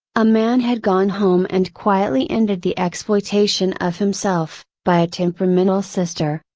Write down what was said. a man had gone home and quietly ended the exploitation of himself, by a temperamental sister,